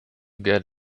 get